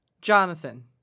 Jonathan